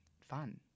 fun